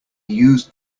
used